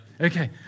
Okay